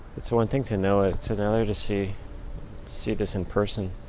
it's one thing to know it it's another to see see this in person.